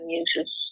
uses